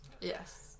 Yes